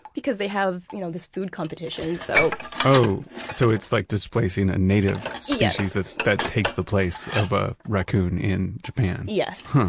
because they have you know this food competition so oh, so it's like displacing a native species that takes the place of a raccoon in japan yes.